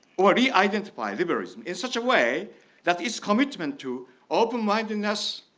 or re identify liberalism in such a way that is commitment to open mindedness,